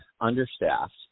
understaffed